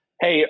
hey